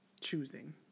choosing